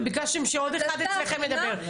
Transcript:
וביקשתם שעוד נציג שלכם ידבר.